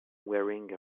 wearing